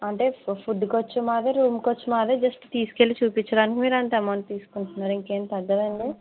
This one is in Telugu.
అంటే ఫుడ్ ఖర్చు మాదే రూమ్ ఖర్చు మాదే జస్ట్ తీసుకెళ్లి చూపించడానికి మీరు అంత ఎమౌంట్ తుసుకుంటున్నారు ఇంకేం తగ్గాదా అండి